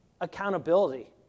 accountability